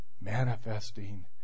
manifesting